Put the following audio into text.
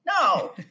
No